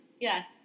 Yes